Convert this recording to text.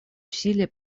усилия